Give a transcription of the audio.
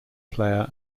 player